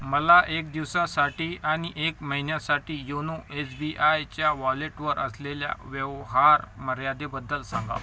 मला एक दिवसासाठी आणि एक महिन्यासाठी योनो एस बी आयच्या वॉलेटवर असलेल्या व्यवहार मर्यादेबद्दल सांगा